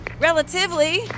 Relatively